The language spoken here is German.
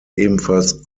ebenfalls